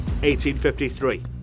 1853